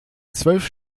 zwölf